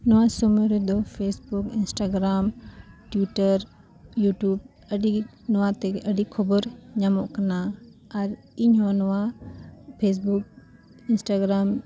ᱱᱚᱣᱟ ᱥᱚᱢᱚᱭ ᱨᱮᱫᱚ ᱯᱷᱮᱥᱵᱩᱠ ᱤᱱᱥᱴᱟᱜᱨᱟᱢ ᱴᱩᱭᱴᱟᱨ ᱤᱭᱩᱴᱤᱭᱩᱵᱽ ᱟᱹᱰᱤ ᱱᱚᱣᱟ ᱛᱮᱜᱮ ᱟᱹᱰᱤ ᱠᱷᱚᱵᱚᱨ ᱧᱟᱢᱚᱜ ᱠᱟᱱᱟ ᱟᱨ ᱤᱧᱦᱚᱸ ᱱᱚᱣᱟ ᱯᱷᱮᱥᱵᱩᱠ ᱤᱱᱥᱴᱟᱜᱨᱟᱢ